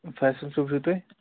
فیصل صأب چھُو تُہۍ